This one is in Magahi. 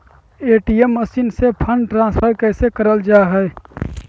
ए.टी.एम मसीन से फंड ट्रांसफर कैसे करल जा है?